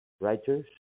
writers